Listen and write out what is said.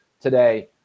today